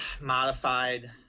Modified